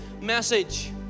message